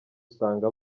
usanga